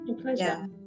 pleasure